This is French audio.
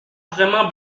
vraiment